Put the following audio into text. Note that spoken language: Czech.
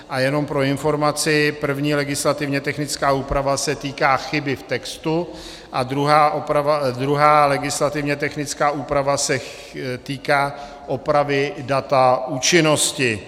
A jenom pro informaci, první legislativně technická úprava se týká chyby v textu a druhá legislativně technická úprava se týká opravy data účinnosti.